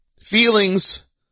Feelings